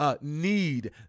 need